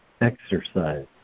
exercise